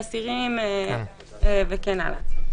אסירים וכן הלאה.